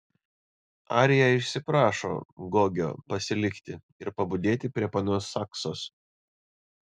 arija išsiprašo gogio pasilikti ir pabudėti prie ponios saksos